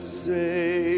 say